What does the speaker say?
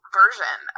version